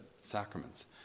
sacraments